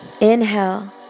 Inhale